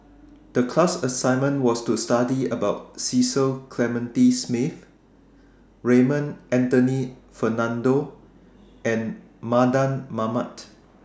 The class assignment was to study about Cecil Clementi Smith Raymond Anthony Fernando and Mardan Mamat